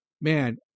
man